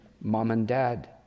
mom-and-dad